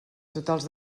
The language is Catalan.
totals